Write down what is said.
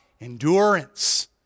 Endurance